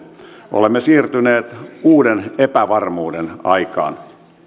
olemme siirtyneet uuden epävarmuuden aikaan